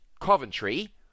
Coventry